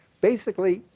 basically,